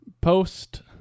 post